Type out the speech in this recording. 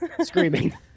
screaming